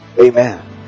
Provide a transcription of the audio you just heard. Amen